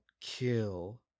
kill